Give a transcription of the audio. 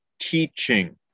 teaching